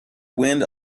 wind